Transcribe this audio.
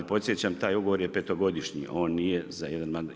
Podsjećam taj ugovor je petogodišnji, on nije za jedan mandat.